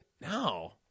No